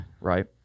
Right